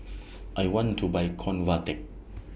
I want to Buy Convatec